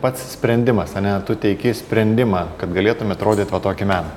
pats sprendimas ane tu teiki sprendimą kad galėtumėt rodyt va tokį meną